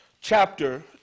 chapter